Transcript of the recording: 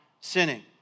sinning